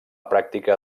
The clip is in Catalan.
pràctica